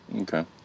Okay